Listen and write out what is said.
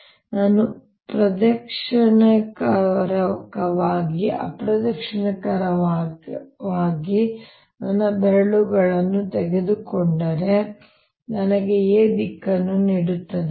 ಆದ್ದರಿಂದ ನಾನು ಪ್ರದಕ್ಷಿಣಾಕಾರವಾಗಿ ಅಥವಾ ಅಪ್ರದಕ್ಷಿಣಾಕಾರವಾಗಿ ನನ್ನ ಬೆರಳುಗಳನ್ನು ತೆಗೆದುಕೊಂಡರೆ ನನಗೆ A ನ ದಿಕ್ಕನ್ನು ನೀಡುತ್ತದೆ